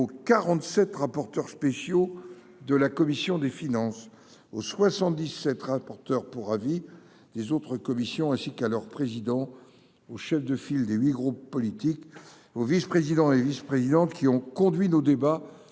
aux 47 rapporteurs spéciaux de la commission des finances au 77, rapporteur pour avis des autres commissions ainsi qu'à leur président au chef de file des 8 groupes politiques au vice-, président et vice-présidente qui ont conduit nos débats